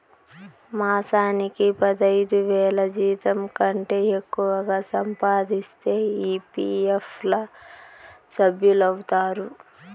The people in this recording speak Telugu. మాసానికి పదైదువేల జీతంకంటే ఎక్కువగా సంపాదిస్తే ఈ.పీ.ఎఫ్ ల సభ్యులౌతారు